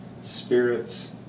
spirits